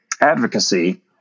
advocacy